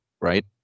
Right